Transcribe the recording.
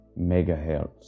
Megahertz